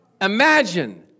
Imagine